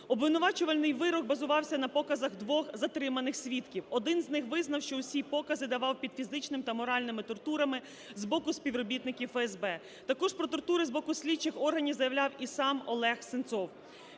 Обвинувачувальний вирок базувався на показах двох затриманих свідків. Один з них визнав, що усі покази давав під фізичними та моральними тортурами з боку співробітників ФСБ. Також про тортури з боку слідчих органів заявляв і сам Олег Сенцов.